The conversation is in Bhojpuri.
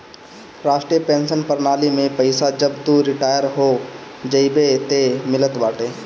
राष्ट्रीय पेंशन प्रणाली में पईसा जब तू रिटायर हो जइबअ तअ मिलत बाटे